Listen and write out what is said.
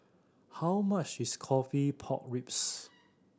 how much is coffee pork ribs